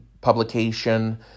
publication